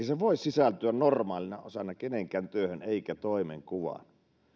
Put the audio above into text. se voi sisältyä normaalina osana kenenkään työhön eikä toimenkuvaan